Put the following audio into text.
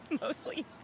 Mostly